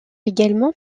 également